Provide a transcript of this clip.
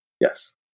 Yes